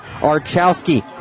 Archowski